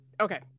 Okay